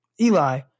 Eli